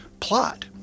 plot